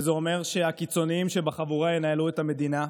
וזה אומר שהקיצונים שבחבורה ינהלו את המדינה,